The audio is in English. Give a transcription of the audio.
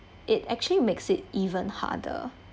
it actually makes it even harder